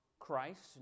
Christ